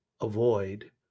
avoid